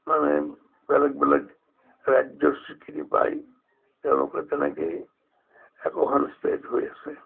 মানে বেলেগ বেলেগ ৰাজ্যৰ স্বীকৃতি পায় তেওঁলোকে তেনেকৈয়ে একোখন ষ্টেট হৈ আছে